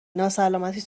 ناسلامتی